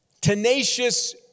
Tenacious